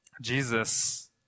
Jesus